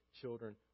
children